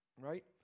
right